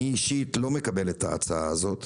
אני אישית לא מקבל את ההצעה הזאת